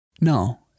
No